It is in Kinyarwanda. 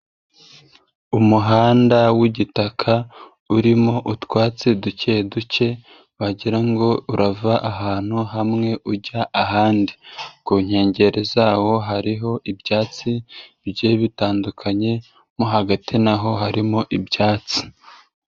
Umuhanda w'igitaka, urimo utwatsi duke duke wagira ngo urava ahantu hamwe ujya ahandi, ku nkengero zawo hariho ibyatsi bigiye bitandukanye, mo hagati naho harimo ibyatsi.